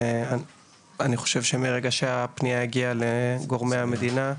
אני חושב שמרגע שהפנייה הגיעה לגורמי המדינה,